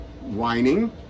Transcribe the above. whining